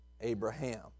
Abraham